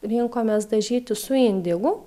rinkomės dažyti su indigu